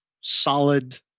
solid